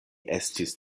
estis